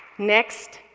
next,